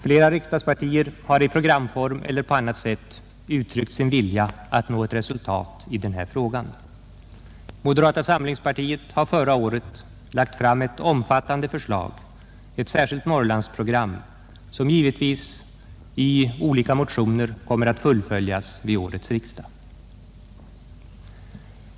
Flera riksdagspartier har i programform eller på annat sätt uttryckt sin vilja att nå ett resultat i denna fråga. Moderata samlingspartiet har förra året lagt fram ett omfattande förslag, ett särskilt Norrlandsprogram, som givetvis i olika motioner kommer att fullföljas vid årets riksdag.